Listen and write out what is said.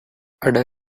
ada